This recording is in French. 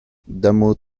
mouvement